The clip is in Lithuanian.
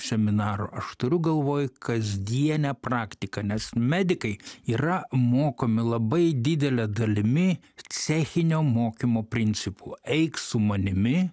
seminarų aš turiu galvoj kasdienę praktiką nes medikai yra mokomi labai didele dalimi cechinio mokymo principu eik su manimi